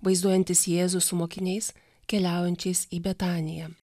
vaizduojantis jėzų su mokiniais keliaujančiais į betaniją